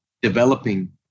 developing